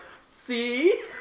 see